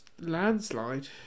landslide